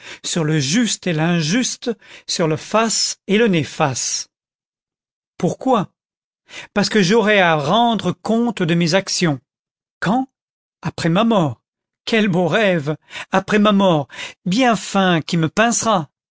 sur le juste et l'injuste sur le fas et le nefas pourquoi parce que j'aurai à rendre compte de mes actions quand après ma mort quel bon rêve après ma mort bien fin qui me pincera